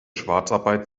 schwarzarbeit